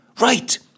Right